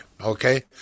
Okay